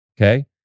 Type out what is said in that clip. Okay